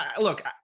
look